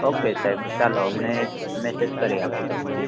okay સાહેબ ચાલો અમને મેસેજ કરી આપું તમને